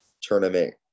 tournament